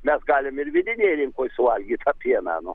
mes galim ir vidinėj rinkoj suvalgyt tą pieną nu